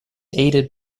aided